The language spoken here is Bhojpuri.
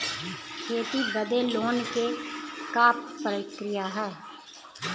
खेती बदे लोन के का प्रक्रिया ह?